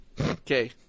Okay